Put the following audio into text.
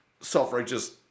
self-righteous